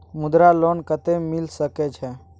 मुद्रा लोन कत्ते मिल सके छै?